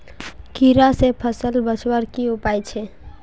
कीड़ा से फसल बचवार की उपाय छे?